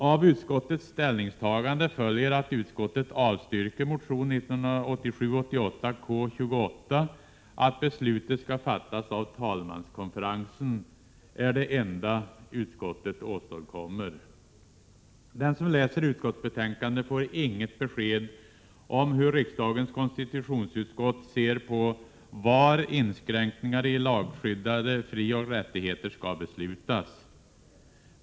”Av utskottets ställningstagande följer att utskottet avstyrker motionen 1987/88:K28 att beslutet skall fattas av talmanskonferensen”, är det enda utskottet åstadkommer. Den som läser utskottsbetänkandet får inget besked om hur riksdagens konstitutionsutskott ser på var inskränkningar i lagskyddade frioch rättigheter skall beslutas.